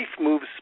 moves